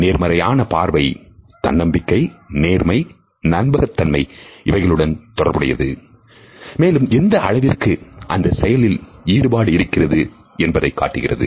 நேர்மறையான பார்வை தன்னம்பிக்கை நேர்மை நம்பகத்தன்மைஇவைகளுடன் தொடர்புடையது மேலும் எந்த அளவிற்கு அந்த செயலில் ஈடுபாடு இருக்கிறது என்பதையும் காட்டுகிறது